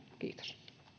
kiitos